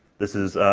this is,